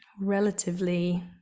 relatively